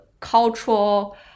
cultural